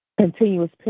Continuous